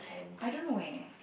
I don't know eh